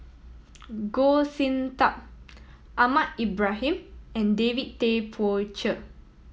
Goh Sin Tub Ahmad Ibrahim and David Tay Poey Cher